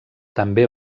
també